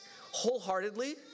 wholeheartedly